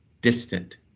distant